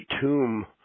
tomb